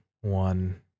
one